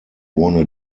wanna